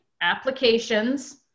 Applications